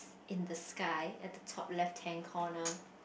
in the sky at the top left hand corner